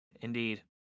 indeed